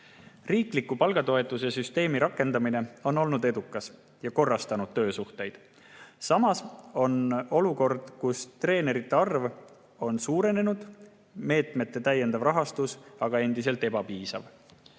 Riikliku palgatoetuse süsteemi rakendamine on olnud edukas ja töösuhteid korrastanud. Samas on meil olukord, kus treenerite arv on suurenenud, aga meetmete täiendav rahastus on endiselt ebapiisav.